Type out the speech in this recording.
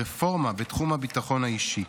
רפורמה בתחום הביטחון האישי".